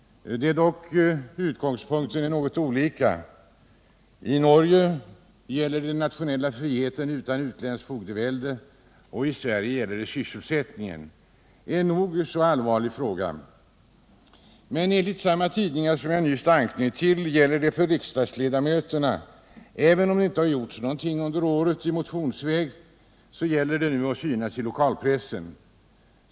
Dock är utgångspunkterna något olika. I Norge gäller det den nationella friheten från utländskt fogdevälde. I Sverige gäller det sysselsättningen, en nog så allvarlig fråga. Enligt samma tidningar som jag nyss anknöt till gäller det för riksdagsledamöterna — även om det inte gjorts något i motionsväg under året — att nu synas i lokalpressen.